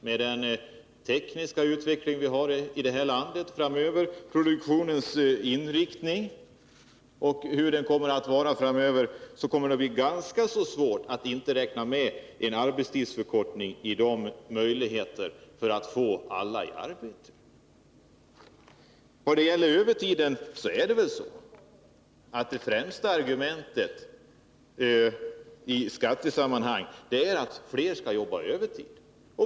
Med den tekniska utveckling vi har i det här landet och med den produktionsinriktning som vi får framöver kommer det att bli ganska svårt att inte räkna med en arbetstidsförkortning för att få alla i arbete. Det är väl ändå så att det främsta argumentet för marginalskattesänkningen är att flera skall jobba på övertid.